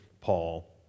Paul